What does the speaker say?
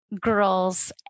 girls